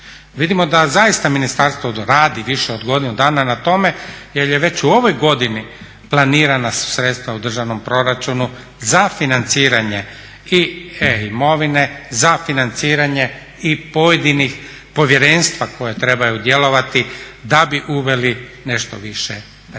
Vidimo da zaista ministarstvo radi više od godinu dana na tome jer je već u ovoj godini planirana su sredstva u državnom proračunu za financiranje i imovine, za financiranje i pojedinih povjerenstva koja trebaju djelovati da bi uveli nešto više reda.